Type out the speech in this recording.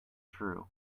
true